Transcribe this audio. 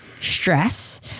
stress